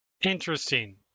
Interesting